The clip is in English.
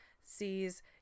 Sees